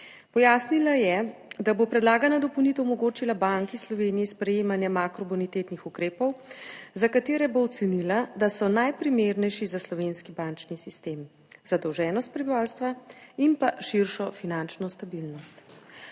Pojasnila je, da bo predlagana dopolnitev omogočila Banki Slovenije sprejemanje makrobonitetnih ukrepov, za katere bo ocenila, da so najprimernejši za slovenski bančni sistem, zadolženost prebivalstva in pa širšo finančno stabilnost.